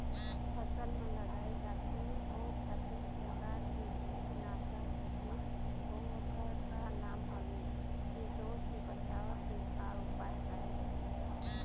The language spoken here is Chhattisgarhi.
फसल म लगाए जाथे ओ कतेक प्रकार के कीट नासक होथे अउ ओकर का नाम हवे? कीटों से बचाव के का उपाय करें?